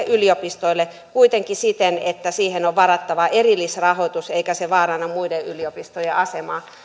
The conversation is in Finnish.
yliopistoille kuitenkin siten että siihen on varattava erillisrahoitus eikä se vaaranna muiden yliopistojen asemaa